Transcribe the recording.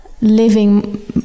living